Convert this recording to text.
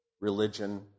religion